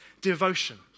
devotion